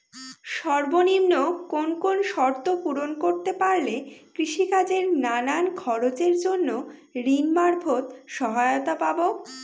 সর্বনিম্ন কোন কোন শর্ত পূরণ করতে পারলে কৃষিকাজের নানান খরচের জন্য ঋণ মারফত সহায়তা পাব?